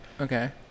Okay